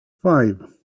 five